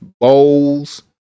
bowls